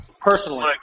Personally